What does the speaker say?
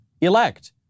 elect